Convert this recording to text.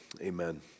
amen